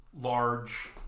large